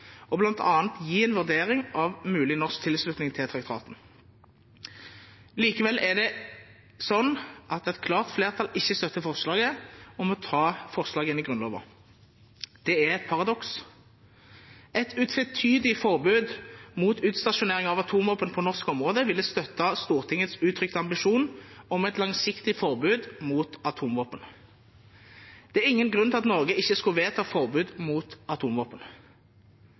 og bl.a. gi en vurdering av mulig norsk tilslutning til traktaten. Likevel er det slik at et klart flertall ikke støtter forslaget om å ta forslaget inn i Grunnloven. Det er et paradoks. Et utvetydig forbud mot utstasjonering av atomvåpen på norsk område ville støtte Stortingets uttrykte ambisjon om et langsiktig forbud mot atomvåpen. Det er ingen grunn til at Norge ikke skulle vedta et forbud mot atomvåpen.